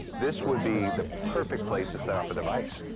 this would be the perfect place to set off a device.